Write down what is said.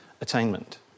attainment